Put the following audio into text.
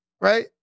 right